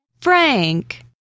Frank